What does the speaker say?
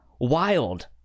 wild